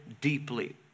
deeply